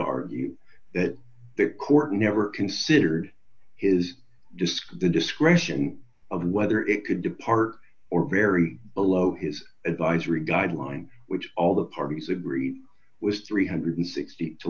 argue that the court never considered his disk the discretion of whether it could depart or very below his advisory guideline which all the parties agreed was three hundred and sixty t